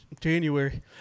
January